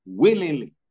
willingly